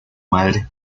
madre